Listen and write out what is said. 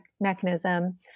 mechanism